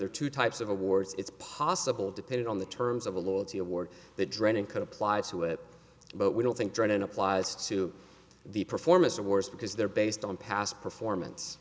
are two types of awards it's possible depending on the terms of a loyalty award the drennan could apply to it but we don't think drennan applies to the performance awards because they're based on past performance